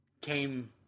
came